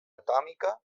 atòmica